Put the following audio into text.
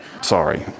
Sorry